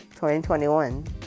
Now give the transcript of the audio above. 2021